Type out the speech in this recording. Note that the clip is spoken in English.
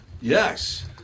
Yes